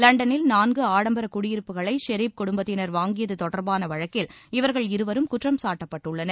லண்டனில் நான்கு ஆடம்பர குடியிருப்புக்களை ஷெரீப் குடும்பத்தினா் வாங்கியது தொடா்பான வழக்கில் இவர்கள் இருவரும் குற்றம்சாட்டப்பட்டுள்ளனர்